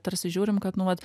tarsi žiūrim kad nu vat